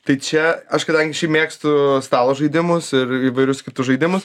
tai čia aš kadangi šiaip mėgstu stalo žaidimus ir įvairius kitus žaidimus